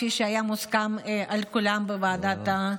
כפי שהיה מוסכם על כולם בוועדה.